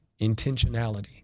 intentionality